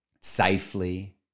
safely